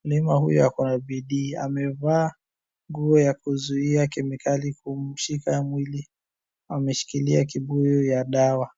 Mkulima huyu ako na bidii, amevaa nguo ya kuzuia kemikali kumshika mwili. Ameshikilia kibuyu ya dawa.